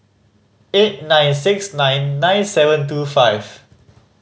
eight nine six nine nine seven two five